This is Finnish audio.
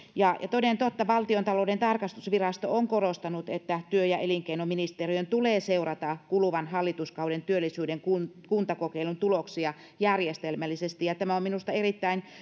toden totta valtiontalouden tarkastusvirasto on korostanut että työ ja elinkeinoministeriön tulee seurata kuluvan hallituskauden työllisyyden kuntakokeilun tuloksia järjestelmällisesti ja tämä on minusta erittäin